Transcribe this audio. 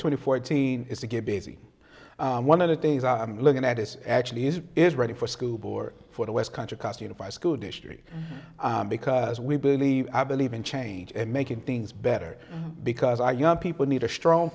twenty four eighteen is to get busy and one of the things i'm looking at is actually is ready for school board for the west country cause unified school district because we believe i believe in change and making things better because i young people need a strong